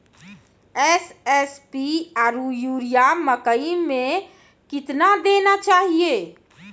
SSP आरु urea मकई मे कितना देना चाहिए?